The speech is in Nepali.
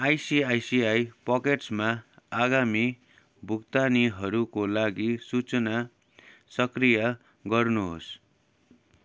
आइसिआइसिआई पकेट्समा आगामी भुक्तानीहरूको लागि सूचना सक्रिय गर्नुहोस्